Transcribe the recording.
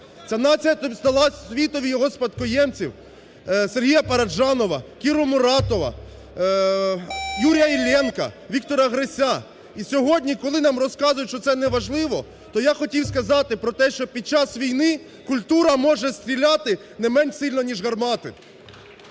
Ця нація дала світові його спадкоємців Сергія Параджанова, Кіру Муратову, Юрія Іллєнка, Віктора Грися. І сьогодні, коли нам розказують, що це неважливо, то я хотів сказати про те, що під час війни культура може зціляти не менш сильно ніж гармати.